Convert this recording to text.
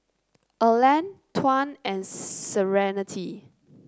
Erland Tuan and Serenity